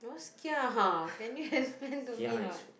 is kia !huh! can you explain to me or not